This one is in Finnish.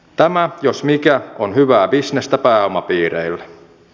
tämä jos mikä on hyvää bisnestä pääomapiireille